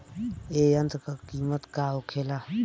ए यंत्र का कीमत का होखेला?